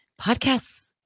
podcasts